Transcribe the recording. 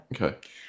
Okay